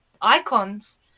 icons